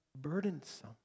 burdensome